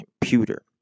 computer